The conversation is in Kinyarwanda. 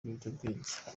biyobyabwenge